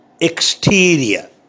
exterior